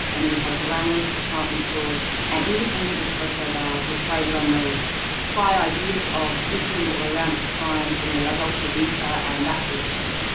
and then you had glamorous department stores and independent espresso bars which traded on those high deals of italy that were around at the time, so you know la dolce vita and that sort of thing.